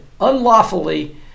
unlawfully